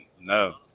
No